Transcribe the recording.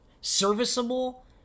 serviceable